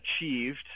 achieved